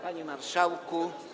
Panie Marszałku!